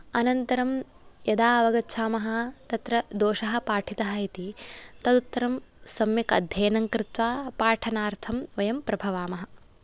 अनन्तरं यदा अवगच्छामः तत्र दोषः पाठितः इति तदुत्तरं सम्यक् अध्ययनं कृत्वा पाठनार्थं वयं प्रभवामः